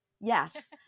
Yes